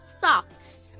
socks